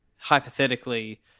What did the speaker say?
hypothetically